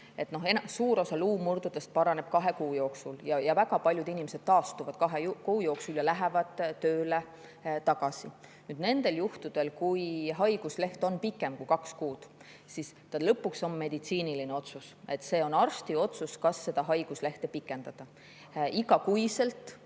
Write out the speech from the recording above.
Suur osa luumurdudest paraneb kahe kuu jooksul ja väga paljud inimesed taastuvad kahe kuu jooksul ja lähevad tööle tagasi. Nendel juhtudel, kui haigusleht on pikem kui kaks kuud, tehakse lõpuks meditsiiniline otsus. See on arsti otsus, kas haiguslehte pikendada. Iga kuu seda